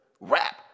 rap